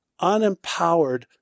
unempowered